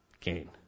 gain